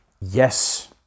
Yes